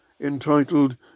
Entitled